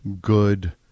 good